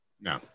No